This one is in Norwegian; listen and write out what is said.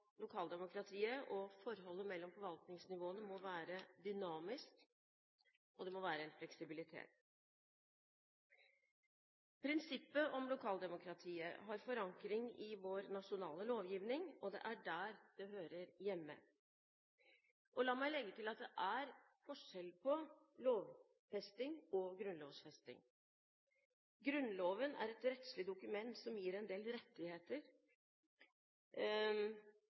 lokaldemokratiet og forholdet mellom forvaltningsnivåene må være dynamisk, og det må være en fleksibilitet. Prinsippet om lokaldemokratiet har forankring i vår nasjonale lovgivning, og det er der det hører hjemme. Og la meg legge til at det er forskjell på lovfesting og grunnlovfesting. Grunnloven er et rettslig dokument som gir en del